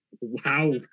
wow